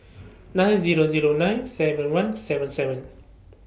nine Zero Zero nine seven one seven seven